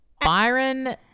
Byron